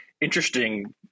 interesting